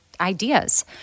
ideas